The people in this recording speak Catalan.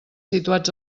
situats